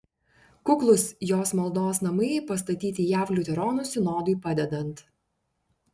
kuklūs jos maldos namai pastatyti jav liuteronų sinodui padedant